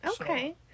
Okay